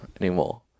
anymore